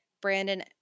Brandon